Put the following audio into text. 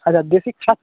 আচ্ছা দেশি